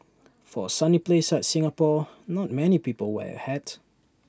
for A sunny place like Singapore not many people wear A hat